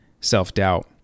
self-doubt